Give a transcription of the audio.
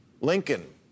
Lincoln